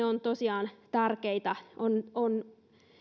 ovat tosiaan tärkeitä on